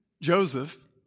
Joseph